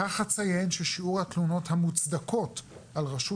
כך אציין ששיעור התלונות המוצדקות על רשות